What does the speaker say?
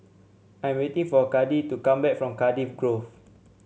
I am waiting for Kade to come back from Cardiff Grove